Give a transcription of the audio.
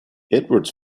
edwards